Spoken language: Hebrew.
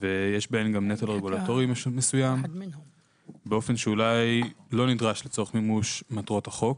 ויש בהן נטל רגולטורי מסוים באופן שאולי לא נדרש לצורך מימוש מטרות החוק